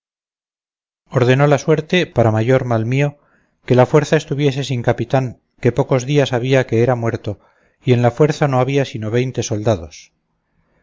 ordenó la suerte para mayor mal mío que la fuerza estuviese sin capitán que pocos días había que era muerto y en la fuerza no había sino veinte soldados